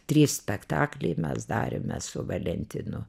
trys spektakliai mes darėme su valentinu